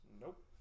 nope